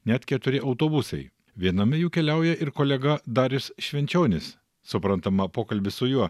net keturi autobusai viename jų keliauja ir kolega darius švenčionis suprantama pokalbis su juo